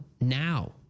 now